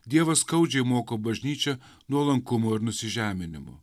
dievas skaudžiai moko bažnyčią nuolankumo ir nusižeminimo